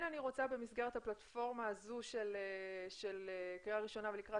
במסגרת הפלטפורמה הזו של קריאה ראשונה ולקראת